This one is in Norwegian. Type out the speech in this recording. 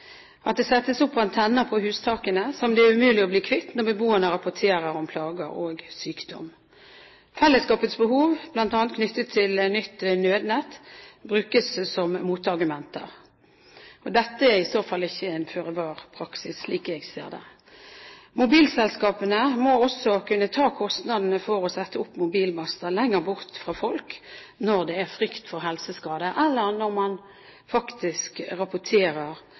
at det settes opp antenner på hustakene som det er umulig å bli kvitt når beboerne rapporterer om plager og sykdom. Fellesskapets behov, bl.a. knyttet til nytt nødnett, brukes som motargumenter. Dette er i så fall ikke en føre-var-praksis, slik jeg ser det. Mobilselskapene må også kunne ta kostnadene ved å sette opp mobilmaster lenger bort fra folk når det er frykt for helseskader, eller når man faktisk rapporterer